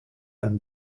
and